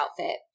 outfit